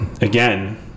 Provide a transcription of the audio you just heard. again